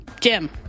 Jim